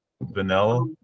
vanilla